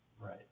Right